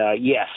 yes